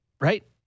right